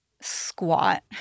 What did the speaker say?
squat